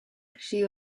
she